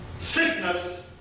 Sickness